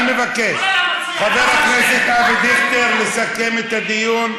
אני מבקש מחבר הכנסת אבי דיכטר לסכם את הדיון,